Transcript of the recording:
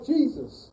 Jesus